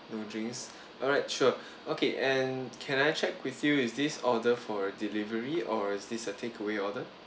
no drinks alright sure okay and can I check with you is this order for delivery or is this a takeaway order